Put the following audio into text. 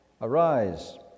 Arise